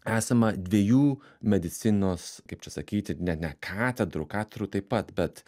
esama dviejų medicinos kaip čia sakyti ne ne katedrų katedrų taip pat bet